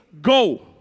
go